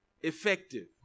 effective